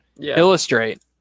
illustrate